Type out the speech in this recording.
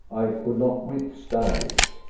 i could not withstand it.